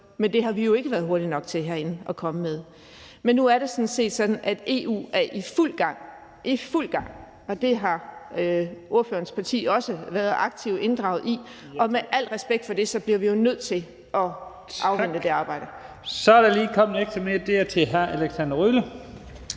Men det har vi jo ikke været hurtige nok til at komme med herinde. Nu er det sådan set sådan, at EU er i fuld gang – i fuld gang – og det har ordførerens parti også været aktivt inddraget i, og med al respekt for det bliver vi nødt til at afvente det arbejde. Kl. 15:34 Første næstformand (Leif Lahn Jensen): Så er